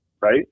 right